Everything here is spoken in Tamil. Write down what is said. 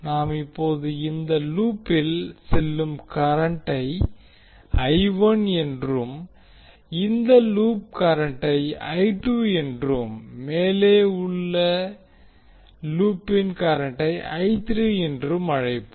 நாம் இப்போது இந்த லூப்பில் செல்லும் கரண்ட்டை என்றும் இந்த லூப்பின் கரண்டை என்றும் மற்றும் மேலே உள்ள லூப்பின் கரண்டை என்றும் அழைப்போம்